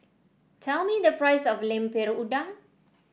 tell me the price of Lemper Udang